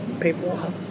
people